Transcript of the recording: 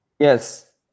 Yes